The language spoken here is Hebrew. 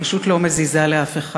פשוט לא מזיזה לאף אחד.